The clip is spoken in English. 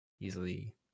easily